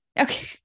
Okay